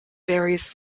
varies